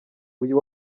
uyu